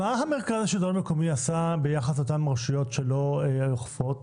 מה המרכז לשלטון מקומי עשה ביחס לאותן רשויות שלא אוכפות?